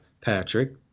Patrick